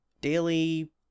daily